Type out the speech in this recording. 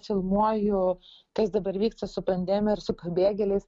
filmuoju kas dabar vyksta su pandemija ir su pabėgėliais